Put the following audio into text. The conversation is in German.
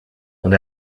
und